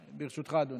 ברשותך, אדוני.